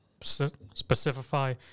specify